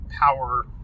power